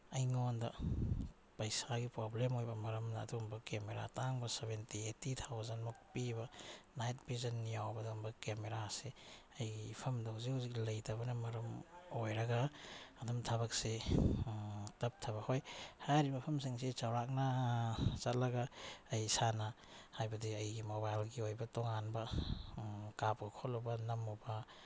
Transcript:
ꯑꯩꯉꯣꯟꯗ ꯄꯩꯁꯥꯒꯤ ꯄ꯭ꯔꯣꯕ꯭ꯂꯦꯝ ꯑꯣꯏꯕ ꯃꯔꯝꯅ ꯑꯗꯨꯒꯨꯝꯕ ꯀꯦꯃꯦꯔꯥ ꯑꯇꯥꯡꯕ ꯁꯦꯚꯦꯟꯇꯤ ꯑꯩꯠꯇꯤ ꯊꯥꯎꯖꯟꯃꯨꯛ ꯄꯤꯕ ꯅꯥꯏꯠ ꯚꯤꯖꯟ ꯌꯥꯎꯕ ꯑꯗꯨꯝꯕ ꯀꯦꯃꯦꯔꯥꯁꯦ ꯑꯩꯒꯤ ꯏꯐꯝꯗ ꯍꯧꯖꯤꯛ ꯍꯧꯖꯤꯛ ꯂꯩꯇꯕꯅ ꯃꯔꯝ ꯑꯣꯏꯔꯒ ꯑꯗꯨꯝ ꯊꯕꯛꯁꯤ ꯇꯞꯊꯕ ꯍꯣꯏ ꯍꯥꯏꯔꯤꯕ ꯃꯐꯝꯁꯤꯡꯁꯤ ꯆꯧꯔꯥꯛꯅ ꯆꯠꯂꯒ ꯑꯩ ꯏꯁꯥꯅ ꯍꯥꯏꯕꯗꯤ ꯑꯩꯒꯤ ꯃꯣꯕꯥꯏꯜꯒꯤ ꯑꯣꯏꯕ ꯇꯣꯉꯥꯟꯕ ꯀꯥꯞꯄ ꯈꯣꯠꯂꯨꯕ ꯅꯝꯃꯨꯕ